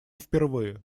впервые